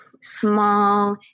small